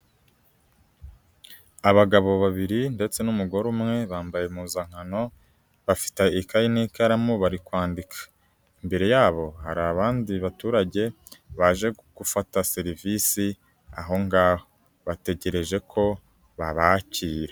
Abagabo babiri ndetse n'umugore umwe bambaye impuzankano bafite ikayi n'ikaramu bari kwandika, imbere yabo hari abandi baturage baje gufata serivisi aho ngaho bategereje ko babakira.